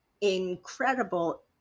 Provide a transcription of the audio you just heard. incredible